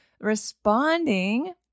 Responding